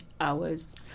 hours